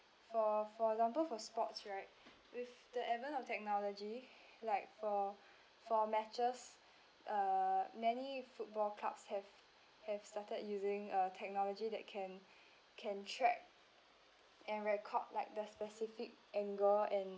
for for example for sports right with the advent of technology like for for matches uh many football clubs have have started using uh technology that can can track and record like the specific angle and